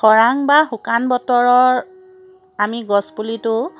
খৰাং বা শুকান বতৰৰ আমি গছ পুলিটো